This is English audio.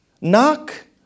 knock